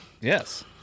Yes